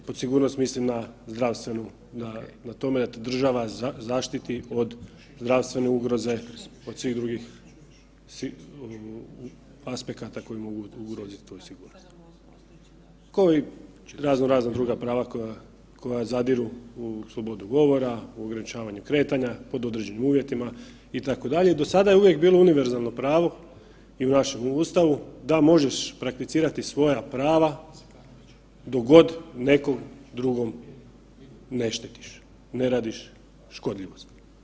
Pod sigurnost mislim na zdravstvenu, na tome da te država zaštiti od zdravstvene ugroze, od svih drugih aspekata koji mogu ugroziti …/nerazumljivo/… ko i razno razna druga prava koja zadiru u slobodu govora, u ograničavanje kretanja pod određenim uvjetima itd. i do sada je uvijek bilo univerzalno pravo i u našem Ustavu da možeš prakticirati svoja prava dok god nekog drugog ne štetiš, ne radiš škodljivost.